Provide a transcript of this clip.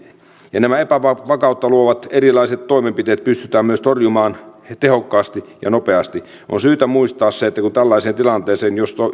ja nämä epävakautta luovat erilaiset toimenpiteet on pystyttävä myös torjumaan tehokkaasti ja nopeasti on syytä muistaa se että jos tällaiseen tilanteeseen